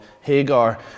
Hagar